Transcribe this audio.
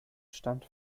stand